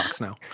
now